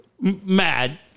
mad